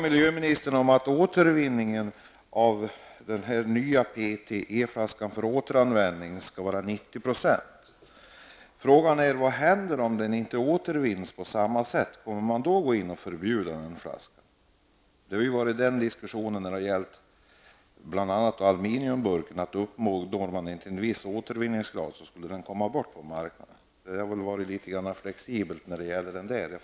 Miljöministern säger att återvinningen av den nya PET-flaskan skall vara 90-procentig. Frågan är vad som händer om den inte återvinns på samma sätt. Kommer man då att gå in och förbjuda flaskan? När det gäller aluminiumburken har man ju sagt att den skulle försvinna från marknaden om man inte uppnådde en viss återvinningsgrad. Det har i och för sig varit litet flexibelt när det gäller aluminiumburken.